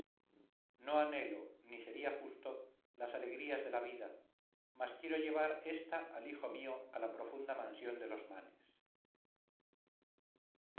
no anhelo ni sería justo las alegrías de la vida mas quiero llevar esta al hijo mío a la profunda mansión de los manes